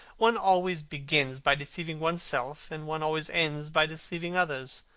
one always begins by deceiving one's self, and one always ends by deceiving others.